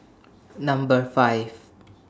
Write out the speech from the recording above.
Number five